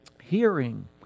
hearing